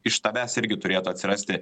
iš tavęs irgi turėtų atsirasti